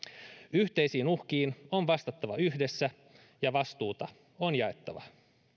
yhteisiin uhkiin on vastattava yhdessä ja vastuuta on jaettava